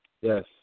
Yes